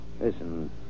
Listen